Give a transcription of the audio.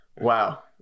wow